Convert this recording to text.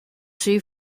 see